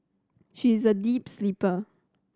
she is a deep sleeper